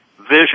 vision